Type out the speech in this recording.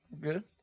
Good